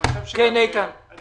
אנחנו